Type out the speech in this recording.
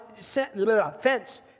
fence